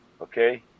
Okay